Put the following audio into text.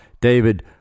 David